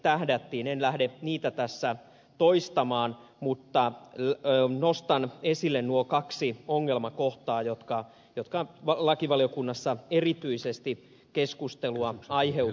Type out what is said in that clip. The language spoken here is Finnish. en lähde niitä tässä toistamaan mutta nostan esille nuo kaksi ongelmakohtaa jotka lakivaliokunnassa erityisesti keskustelua aiheuttivat